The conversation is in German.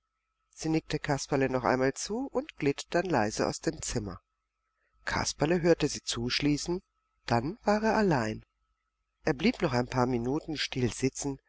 sie nickte kasperle noch einmal zu und glitt dann leise aus dem zimmer kasperle hörte sie zuschließen dann war er allein er blieb noch ein paar minuten still sitzen